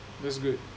that's good